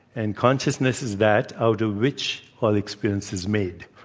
and consciousness is that out of which all experience is made.